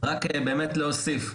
רק באמת כדי להוסיף.